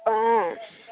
অঁ